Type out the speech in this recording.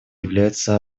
являются